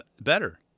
better